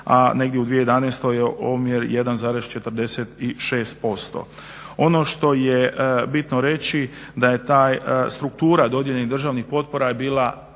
a negdje u 2011.je omjer 1,46%. Ono što je bitno reći da je ta struktura dodijeljenih državnih potpora je bila